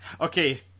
Okay